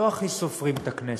לא הכי סופרים את הכנסת,